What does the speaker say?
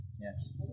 Yes